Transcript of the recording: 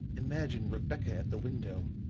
imagine rebecca at the window,